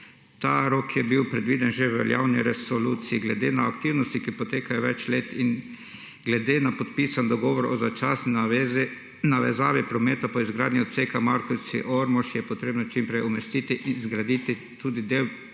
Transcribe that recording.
Ta rok je bil predviden že v veljavni resoluciji. Glede na aktivnosti, ki potekajo več let in glede na podpisan dogovor o začasni navezavi prometa po izgradnji odseda Markovci-Ormož je potrebno čim prej umestiti in zgraditi tudi del Ptuj-Markovci